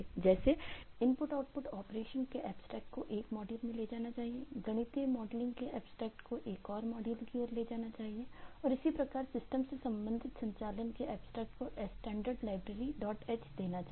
जैसे input output operations के abstract को एक मॉड्यूल में ले जाना चाहिए गणितीय मॉडलिंग के एब्स्ट्रैक्ट को एक और मॉड्यूल की ओर ले जाना चाहिए और इसी प्रकार सिस्टम से संबंधित संचालन के एब्स्ट्रैक्ट को stdlibh देना चाहिए